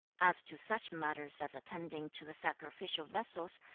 as to such matters as attending to the sacrificial vessels,